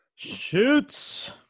Shoots